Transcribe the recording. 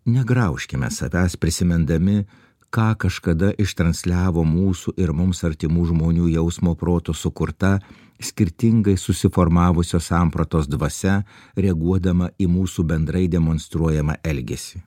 negraužkime savęs prisimindami ką kažkada iš transliavo mūsų ir mums artimų žmonių jausmo proto sukurta skirtingai susiformavusios sampratos dvasia reaguodama į mūsų bendrai demonstruojamą elgesį